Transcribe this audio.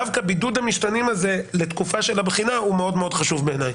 דווקא בידוד המשתנים הזה לתקופה של הבחינה בעיניי הוא מאוד מאוד חשוב.